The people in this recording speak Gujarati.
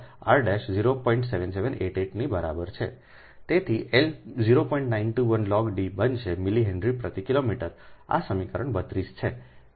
921 લોગ D બનશે મિલી હેનરી પ્રતિ કિલોમીટર આ સમીકરણ 32 છે